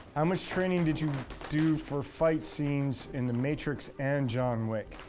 how much training did you do for fight scenes in the matrix and john wick?